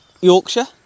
Yorkshire